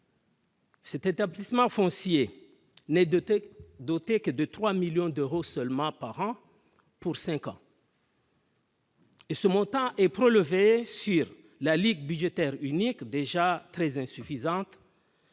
implicitement foncier n'de doté, autres que de 3 millions d'euros seulement par an pour 5 ans. Et ce montant et épreu levé sur la Ligue budgétaire unique déjà très insuffisantes.